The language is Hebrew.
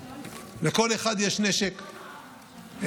לכל אחד יש נשק M16,